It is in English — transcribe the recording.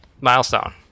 Milestone